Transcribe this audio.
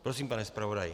Prosím, pane zpravodaji.